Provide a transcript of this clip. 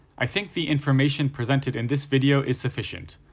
i think the information presented in this video is sufficient,